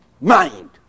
mind